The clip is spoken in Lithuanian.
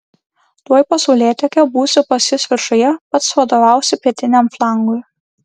tuoj po saulėtekio būsiu pas jus viršuje pats vadovausiu pietiniam flangui